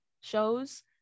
shows